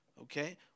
Okay